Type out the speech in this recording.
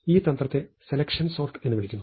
ഈ തന്ത്രത്തെ selection sort എന്ന് വിളിക്കുന്നു